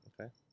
Okay